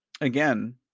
Again